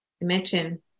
Imagine